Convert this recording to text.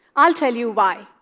i'll tell you why.